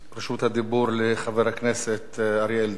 רשות הדיבור לחבר הכנסת אריה אלדד.